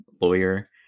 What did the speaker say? lawyer